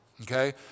okay